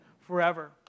forever